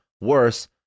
worse